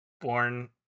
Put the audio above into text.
born